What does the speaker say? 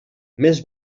més